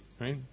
right